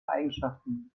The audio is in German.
eigenschaften